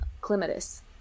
clematis